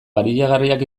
baliagarriak